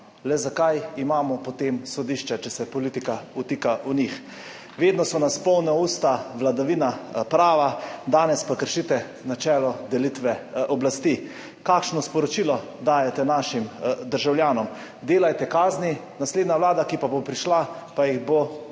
Le zakaj imamo potem sodišča, če se politika vtika v njih? Vedno so nas polna usta vladavine prava, danes pa kršite načelo delitve oblasti. Kakšno sporočilo dajete našim državljanom? Delajte kazni, naslednja vlada, ki bo prišla, pa jih bo odpisala.